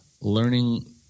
learning